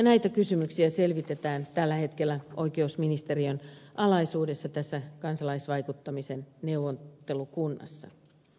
näitä kysymyksiä selvitetään tällä hetkellä oikeusministeriön alaisuudessa kansalaisvaikuttamisen neuvottelukunnassa